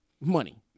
money